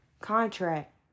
contract